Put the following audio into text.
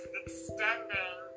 extending